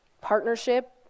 Partnership